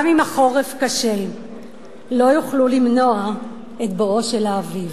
"גם אם החורף קשה לא יוכלו למנוע את בואו של האביב".